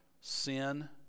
Sin